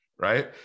Right